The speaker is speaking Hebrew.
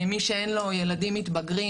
מי שאין לו ילדים מתבגרים,